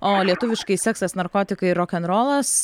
o lietuviškai seksas narkotikai ir rokenrolas